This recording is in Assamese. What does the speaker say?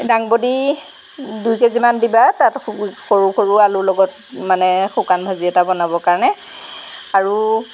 ডাংবডি দুই কেজিমান দিবা তাত সৰু সৰু আলুৰ লগত মানে শুকান ভাজি এটা বনাব কাৰণে আৰু